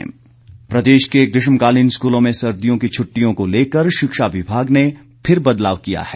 अवकाश प्रदेश के ग्रीष्मकालीन स्कूलों में सर्दियों की छुट्टियों को लेकर शिक्षा विभाग ने फिर बदलाव किया है